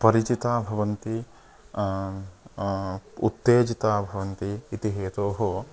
परिचिताः भवन्ति उत्तेजिताः भवन्ति इति हेतोः